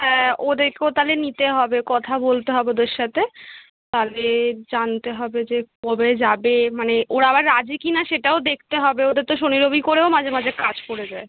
হ্যাঁ ওদেরকেও তালে নিতে হবে কথা বলতে হবে ওদের সাথে তালে জানতে হবে যে কবে যাবে মানে ওরা আবার রাজি কিনা সেটাও দেখতে হবে ওদের তো শনি রবি করেও মাঝে মাঝে কাজ পড়ে যায়